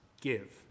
give